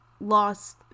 lost